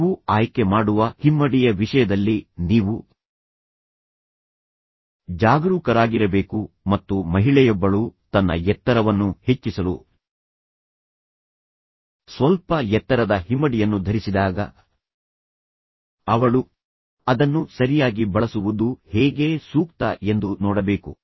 ನೀವು ಆಯ್ಕೆ ಮಾಡುವ ಹಿಮ್ಮಡಿಯ ವಿಷಯದಲ್ಲಿ ನೀವು ಜಾಗರೂಕರಾಗಿರಬೇಕು ಮತ್ತು ಮಹಿಳೆಯೊಬ್ಬಳು ತನ್ನ ಎತ್ತರವನ್ನು ಹೆಚ್ಚಿಸಲು ಸ್ವಲ್ಪ ಎತ್ತರದ ಹಿಮ್ಮಡಿಯನ್ನು ಧರಿಸಿದಾಗ ಅವಳು ಅದನ್ನು ಸರಿಯಾಗಿ ಬಳಸುವುದು ಹೇಗೆ ಸೂಕ್ತ ಎಂದು ನೋಡಬೇಕು